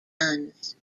guns